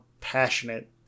passionate